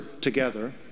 together